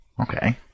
Okay